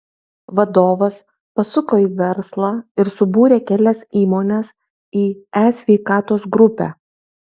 vadovas pasuko į verslą ir subūrė kelias įmones į e sveikatos grupę